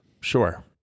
sure